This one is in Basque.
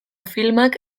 filmak